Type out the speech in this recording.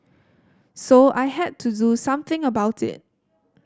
so I had to do something about it